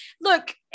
look